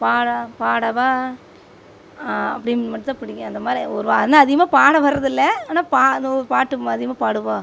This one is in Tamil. பாட பாடவா அப்படின்னு மட்டும்தான் பிடிக்கும் அந்த மாதிரி ஒரு அதிகமாக பாட வர்றதில்லை ஆனால் பா அது பாட்டு அதிகமாக பாடுவோம்